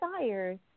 desires